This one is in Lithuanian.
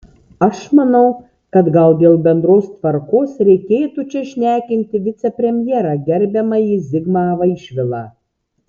aš manau kad gal dėl bendros tvarkos reikėtų čia šnekinti vicepremjerą gerbiamąjį zigmą vaišvilą